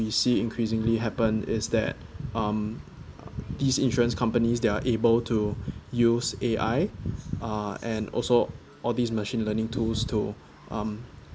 we see increasingly happen is that um these insurance companies they're able to use A_I uh and also all this machine learning tools to um